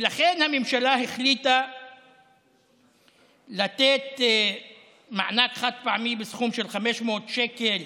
ולכן הממשלה החליטה לתת מענק חד-פעמי בסכום של 500 שקל